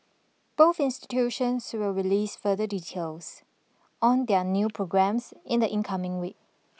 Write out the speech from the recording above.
both institutions will release further details on their new programmes in the incoming week